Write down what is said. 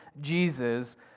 Jesus